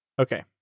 Okay